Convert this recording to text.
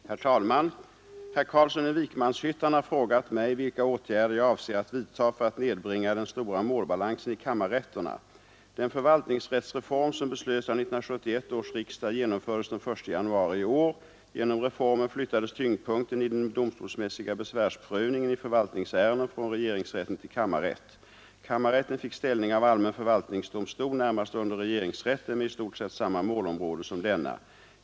Herr talman! Herr Carlsson i Vikmanshyttan har frågat mig vilka åtgärder jag avser att vidta för att nedbringa den stora målbalansen i kammarrätterna fördes den 1 januari i år. Genom reformen flyttades tyngdpunkten i den domstolsmässiga besvärsprövningen i förvaltningsärenden från regerings domstol närmast under regeringsrätten med i stort sett samma målområde som denna.